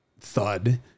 thud